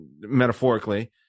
metaphorically